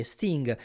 Sting